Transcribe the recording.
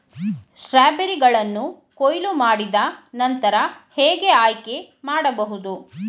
ಸ್ಟ್ರಾಬೆರಿಗಳನ್ನು ಕೊಯ್ಲು ಮಾಡಿದ ನಂತರ ಹೇಗೆ ಆಯ್ಕೆ ಮಾಡಬಹುದು?